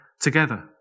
together